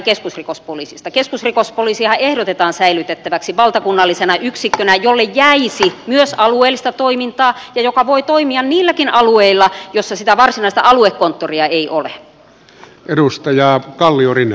keskusrikospoliisihan ehdotetaan säilytettäväksi valtakunnallisena yksikkönä jolle jäisi myös alueellista toimintaa ja joka voi toimia niilläkin alueilla joilla sitä varsinaista aluekonttoria ei ole